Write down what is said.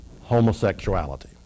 homosexuality